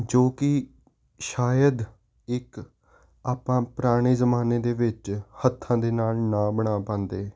ਜੋ ਕਿ ਸ਼ਾਇਦ ਇੱਕ ਆਪਾਂ ਪੁਰਾਣੇ ਜ਼ਮਾਨੇ ਦੇ ਵਿੱਚ ਹੱਥਾਂ ਦੇ ਨਾਲ ਨਾ ਬਣਾ ਪਾਂਦੇ